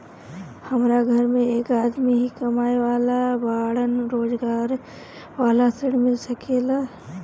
हमरा घर में एक आदमी ही कमाए वाला बाड़न रोजगार वाला ऋण मिल सके ला?